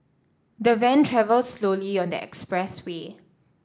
the van travelled slowly on the expressway